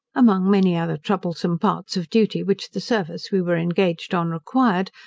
among many other troublesome parts of duty which the service we were engaged on required,